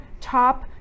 top